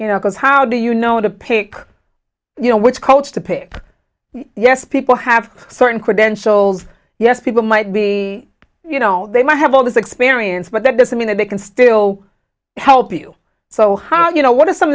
you know because how do you know when to pick you know which coach to pick yes people have certain credentials yes people might be you know they might have all this experience but that doesn't mean that they can still help you so how do you know what are some